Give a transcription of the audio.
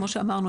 כמו שאמרנו,